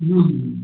हंँ हंँ